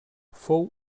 fou